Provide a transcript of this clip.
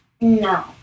No